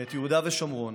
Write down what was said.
ואת יהודה ושומרון,